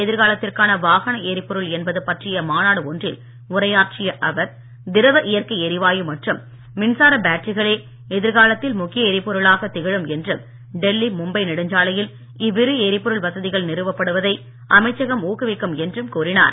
எதிர்காலத்திற்கான வாகன எரிபொருள் என்பது பற்றிய மாநாடு ஒன்றில் உரையாற்றிய அவர் திரவ இயற்கை எரிவாயு மற்றும் மின்சார பேட்டரிகளே எதிர்காலத்தில் முக்கிய எரிபொருளாக திகழும் என்றும் டெல்லி மும்பை நெடுஞ்சாலையில் இவ்விரு எரிபொருள் வசதிகள் நிறுவப்படுவதை அமைச்சகம் ஊக்குவிக்கும் என்றும் கூறினார்